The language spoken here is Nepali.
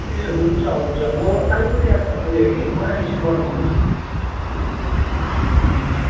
ए हुन्छ हुन्छ म आइपुगेँ आइपुगेँ कि मलाई रिसिभ गर्नु आउनुहोस् न हुन्छ